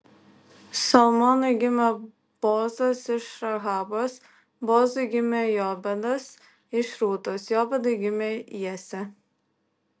salmonui gimė boozas iš rahabos boozui gimė jobedas iš rūtos jobedui gimė jesė